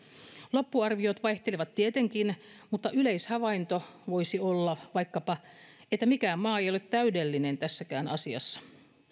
loppuarviot vaihtelevat tietenkin mutta yleishavainto voisi olla vaikkapa että mikään maa ei ei ole täydellinen tässäkään asiassa